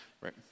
right